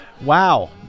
wow